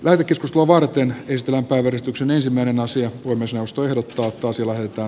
värikäs puuvarteen pistämään päivystyksen ensimmäinen asia myös osto ja tuotos iloitaan